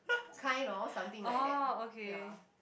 kind of something like that ya